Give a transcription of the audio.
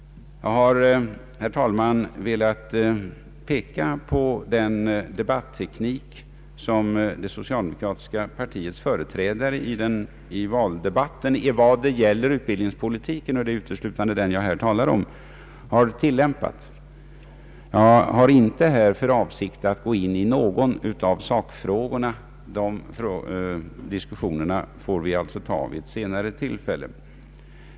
Jag har, herr talman, velat peka på den debatteknik som det socialdemokratiska partiets företrädare använt i valdebatten när det gäller utbildningspolitiken — och det är uteslutande den jag talar om. Jag har inte här för avsikt att gå in på någon av sakfrågorna. De diskussionerna får ske vid ett senare tillfälle.